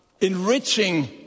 enriching